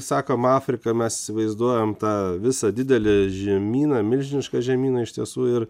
sakom afrika mes įsivaizduojam tą visą didelį žemyną milžinišką žemyną iš tiesų ir